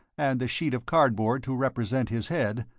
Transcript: and the sheet of cardboard to represent his head,